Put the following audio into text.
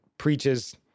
Preaches